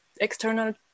external